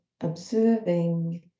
observing